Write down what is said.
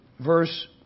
verse